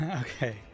Okay